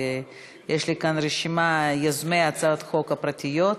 יש לי כאן רשימה של יוזמי הצעות החוק הפרטיות: